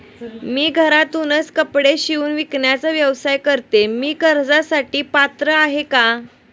मी घरातूनच कपडे शिवून विकण्याचा व्यवसाय करते, मी कर्जासाठी पात्र आहे का?